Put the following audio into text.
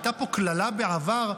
הייתה פה קללה בעבר,